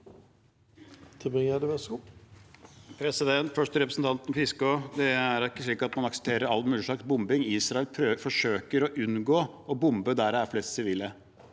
Først til representanten Fiskaa: Det er da ikke slik at man aksepterer all slags bombing. Israel forsøker å unngå å bombe der det er flest sivile.